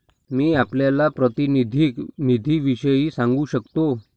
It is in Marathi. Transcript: मी आपल्याला प्रातिनिधिक निधीविषयी सांगू शकतो